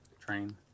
train